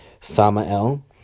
Samael